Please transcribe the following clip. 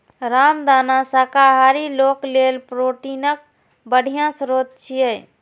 रामदाना शाकाहारी लोक लेल प्रोटीनक बढ़िया स्रोत छियै